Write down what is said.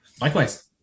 likewise